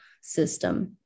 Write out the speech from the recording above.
system